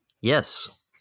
yes